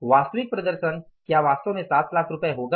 वास्तविक प्रदर्शन क्या वास्तव में 7 लाख रुपये होगा